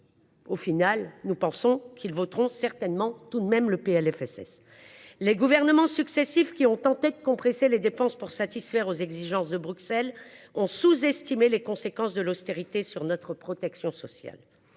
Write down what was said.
– nous pensons néanmoins qu’ils voteront le PLFSS… Les gouvernements successifs, qui ont tenté de compresser les dépenses pour satisfaire aux exigences de Bruxelles, ont sous estimé les conséquences de l’austérité sur notre protection sociale.